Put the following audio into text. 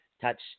touch